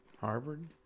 Harvard